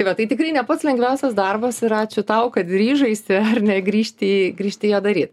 tai va tai tikrai ne pats lengviausias darbas ir ačiū tau kad ryžaisi ar ne grįžti grįžti jo daryt